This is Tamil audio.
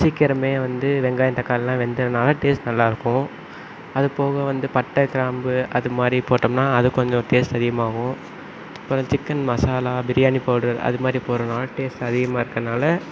சீக்கிரமே வந்து வெங்காயம் தக்காளிலாம் வெந்ததுனால் டேஸ்ட் நல்லாயிருக்கும் அது போக வந்து பட்டை கிராம்பு அதுமாதிரி போட்டோம்னா அது கொஞ்சம் டேஸ்ட் அதிகமாகும் அப்பறம் சிக்கன் மசாலா பிரியாணி பவுடர் அதுமாதிரி போடுறனால டேஸ்ட் அதிகமாக இருக்கறனால